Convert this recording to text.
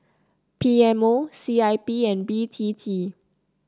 P M O C I B and B T T